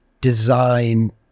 design